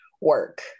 work